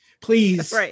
please